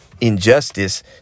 injustice